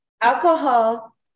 alcohol